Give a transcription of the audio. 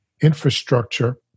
infrastructure